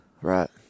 Right